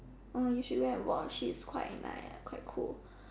orh you should wear a watch it's quite nice quite cool